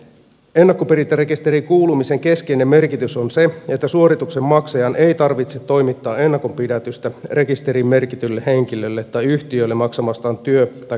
ennakkoperintärekisteriin kuulumisen keskeinen merkitys on se että suorituksen maksajan ei tarvitse toimittaa ennakonpidätystä rekisteriin merkitylle henkilölle tai yhtiölle maksamastaan työ tai käyttökorvauksesta